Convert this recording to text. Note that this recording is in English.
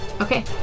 Okay